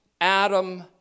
Adam